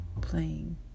playing